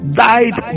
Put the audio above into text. died